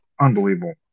Unbelievable